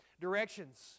directions